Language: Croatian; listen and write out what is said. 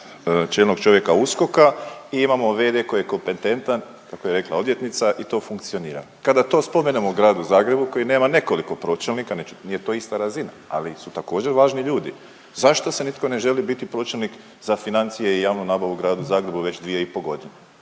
čelnog čovjeka USKOK-a i imamo v.d. koji je kompetentan, kako je rekla odvjetnica i to funkcionira. Kada to spomenemo Gradu Zagrebu koji nema nekoliko pročelnika, nije to ista razina, ali su također, važni ljudi, zašto se nitko ne želi biti pročelnik za financije i javnu nabavu u Gradu Zagrebu već 2,5 godine?